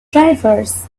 drivers